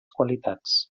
qualitats